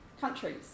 countries